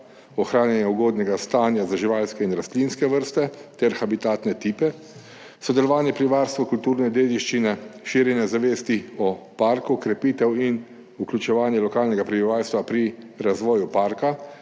ohranjanje ugodnega stanja za živalske in rastlinske vrste ter habitatne tipe, sodelovanje pri varstvu kulturne dediščine, širjenje zavesti o parku, krepitev in vključevanje lokalnega prebivalstva pri razvoju parka,